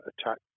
attack